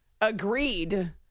Agreed